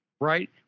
Right